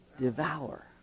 devour